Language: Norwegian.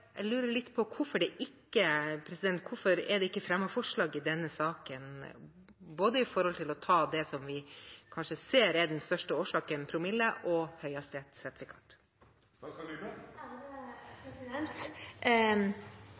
jeg lurer litt på: Hvorfor er det ikke fremmet forslag i denne saken, både når det gjelder å ta det vi ser er den kanskje største årsaken – promille – og